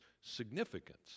significance